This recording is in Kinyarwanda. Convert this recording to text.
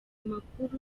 makuru